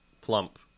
plump